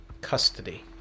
custody